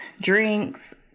drinks